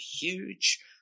huge